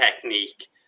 technique